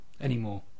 anymore